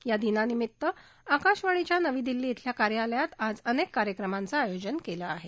या दिनानिमित्त आकाशवाणीच्या नवी दिल्ली शिल्या कार्यालयात आज अनेक कार्यक्रम आयोजित केले आहेत